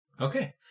Okay